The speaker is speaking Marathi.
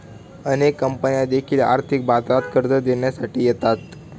अनेक कंपन्या देखील आर्थिक बाजारात कर्ज देण्यासाठी येतात